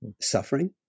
suffering